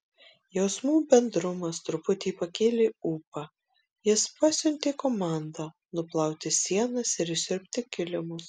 jausmų bendrumas truputį pakėlė ūpą jis pasiuntė komandą nuplauti sienas ir išsiurbti kilimus